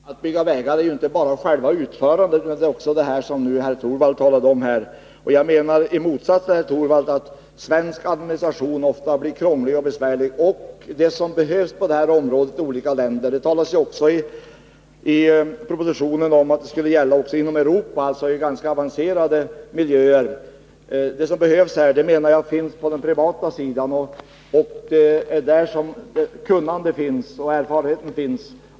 Herr talman! Att bygga vägar innebär ju inte bara själva byggandet av dem, utan också det som herr Torwald talade om här. Jag menar i motsats till herr Torwald att svensk administration ofta blir krånglig och besvärlig. Herr Torwald talade också om vad man bl.a. i olika u-länder behöver på det här området. Men i propositionen sägs ju att verksamheten skall kunna bedrivas även inom Europa, alltså i ganska avancerade miljöer. Det som behövs för den här verksamheten finns enligt min mening på den privata sidan. Det är där som kunnandet och erfarenheten finns.